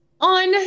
on